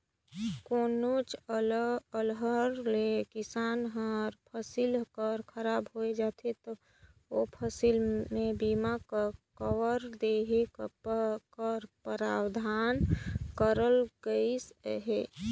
कोनोच अलहन ले किसान कर फसिल हर खराब होए जाथे ता ओ फसिल में बीमा कवर देहे कर परावधान करल गइस अहे